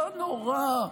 לא נורא.